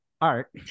art